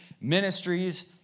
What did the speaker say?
ministries